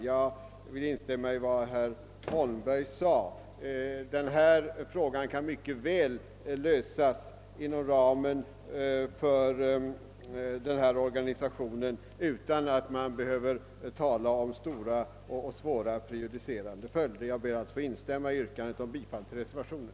Jag vill instämma i vad herr Holmberg yttrade, att den här frågan mycket väl kan lösas inom ramen för denna organisation utan att man behöver tala om stora och prejudicerande följder. Jag ber att få instämma i yrkandet om bifall till reservationen.